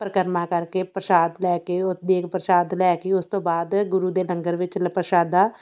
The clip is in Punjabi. ਪਰਕਰਮਾ ਕਰਕੇ ਪ੍ਰਸ਼ਾਦ ਲੈ ਕੇ ਉਹ ਦੇਗ ਪ੍ਰਸ਼ਾਦ ਲੈ ਕੇ ਉਸ ਤੋਂ ਬਾਅਦ ਗੁਰੂ ਦੇ ਲੰਗਰ ਵਿੱਚ ਪ੍ਰਸ਼ਾਦਾ